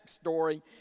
story